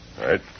right